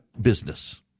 business